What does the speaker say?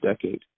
decade